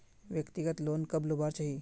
व्यक्तिगत लोन कब लुबार चही?